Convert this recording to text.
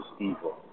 evil